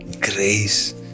grace